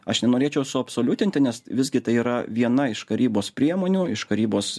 aš nenorėčiau suabsoliutinti nes visgi tai yra viena iš karybos priemonių iš karybos